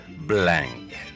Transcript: blank